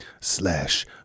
slash